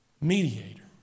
Mediator